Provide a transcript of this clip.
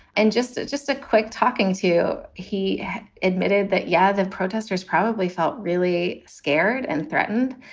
and just just a quick talking, too. he admitted that, yeah, the protesters probably felt really scared and threatened.